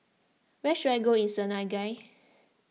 where should I go in Senegal